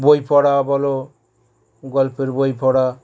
বই পড়া বলো গল্পের বই পড়া